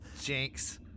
Jinx